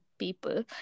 people